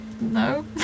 No